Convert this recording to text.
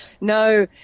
No